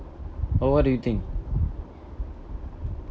what what do you think